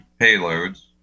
payloads